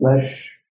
flesh